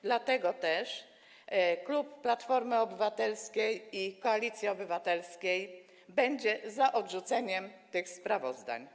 Dlatego też klub Platformy Obywatelskiej i Koalicji Obywatelskiej będzie za odrzuceniem tych sprawozdań.